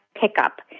pickup